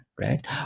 right